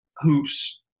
hoops